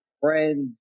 friends